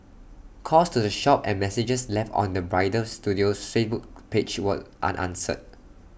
calls to the shop and messages left on the bridal studio's Facebook page were unanswered